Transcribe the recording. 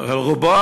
רובו,